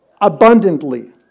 abundantly